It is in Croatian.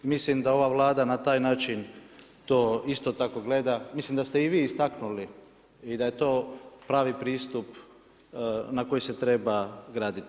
Mislim da ova Vlada na taj način to isto tako gleda, mislim da ste i vi istaknuli i daj e to pravi pristup na koji ste treba graditi.